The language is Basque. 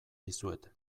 dizuet